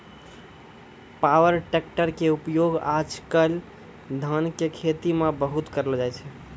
power tractor के उपयोग आज कल धान के खेती मॅ बहुत करलो जाय छै